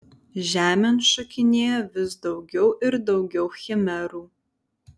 žemėn šokinėjo vis daugiau ir daugiau chimerų